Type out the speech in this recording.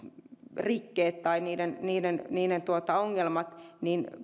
rikkeet tai niiden niiden ongelmat